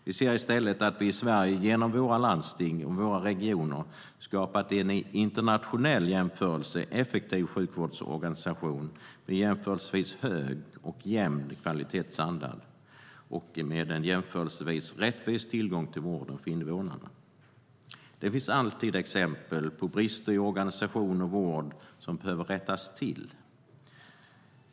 Vi ser i stället att vi i Sverige, genom våra landsting och regioner, skapat en i internationell jämförelse effektiv sjukvårdsorganisation med jämförelsevis hög och jämn kvalitetsstandard och jämförelsevis rättvis tillgång till vården för invånarna. Det finns alltid exempel på brister i organisation och vård som behöver rättas till.